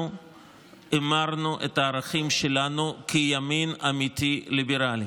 המרנו את הערכים שלנו כימין אמיתי ליברלי.